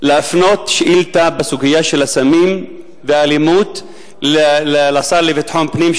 להפנות שאילתא בסוגיה של הסמים והאלימות לשר לביטחון פנים,